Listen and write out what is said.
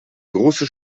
große